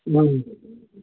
ꯎꯝ